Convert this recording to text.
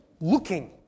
looking